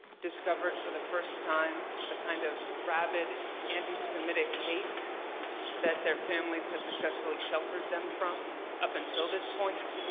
discovered for the first time the kind of rabid, anti-semitic hate that their families had successfullly sheltered them from up until this point.